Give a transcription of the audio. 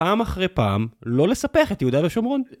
פעם אחרי פעם: לא לספח את יהודה ושומרון